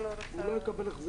הוא לא יקבל החזר.